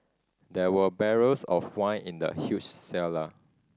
there were barrels of wine in the huge cellar